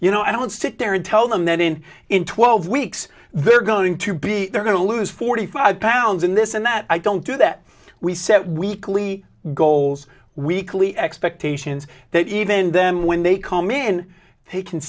you know i don't sit there and tell them that in in twelve weeks they're going to be they're going to lose forty five pounds in this and that i don't do that we set weekly goals weekly expectations that even then when they come in they can